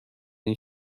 این